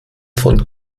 von